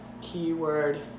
keyword